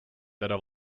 teda